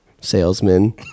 salesman